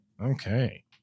Okay